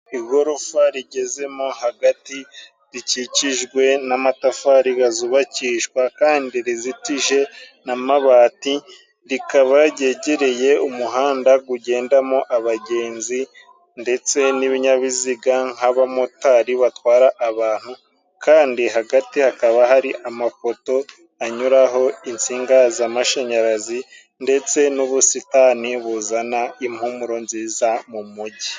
Igorofa rigezemo hagati rikikijwe n'amatafari gazubakishwa kandi rizitije n'amabati rikaba ryegereye umuhanda gugendamo abagenzi ndetse n'ibinyabiziga nk'abamotari batwara abantu kandi hagati hakaba hari amapoto anyuraho insinga z'amashanyarazi ndetse n'ubusitani buzana impumuro nziza mu mujyi.